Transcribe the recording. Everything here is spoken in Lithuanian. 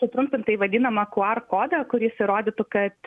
sutrumpintai vadinamą qr kodą kuris įrodytų kad